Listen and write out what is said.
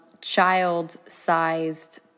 child-sized